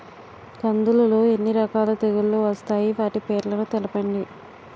కందులు లో ఎన్ని రకాల తెగులు వస్తాయి? వాటి పేర్లను తెలపండి?